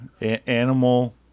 Animal